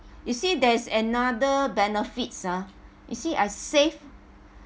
you see there's another benefits ah you see I save